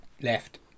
Left